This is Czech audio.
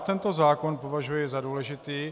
Tento zákon považuji za důležitý.